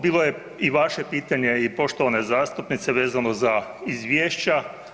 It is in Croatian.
Bilo je i vaše pitanje i poštovane zastupnice vezano za izvješća.